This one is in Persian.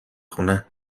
خونه